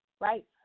right